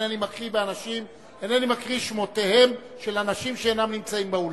אינני מקריא את שמותיהם של אנשים שאינם נמצאים באולם.